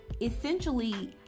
essentially